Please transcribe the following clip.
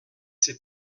c’est